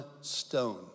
stone